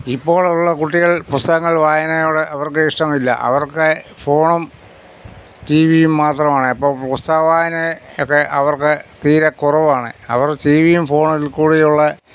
ഇപ്പോഴുള്ള കുട്ടികൾ പുസ്തകങ്ങൾ വായനയോട് അവർക്ക് ഇഷ്ടമില്ല അവർക്ക് ഫോണും റ്റീവിയും മാത്രമാണ് അപ്പോള് പുസ്തകവായനയൊക്കേ അവർക്ക് തീരെ കുറവാണ് അവർ റ്റീവിയും ഫോണിൽക്കൂടെയുള്ളെ